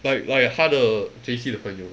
like like 他的 J_C 的朋友